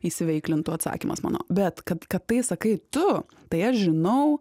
įsiveiklintų atsakymas mano bet kad kad tai sakai tu tai aš žinau